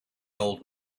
old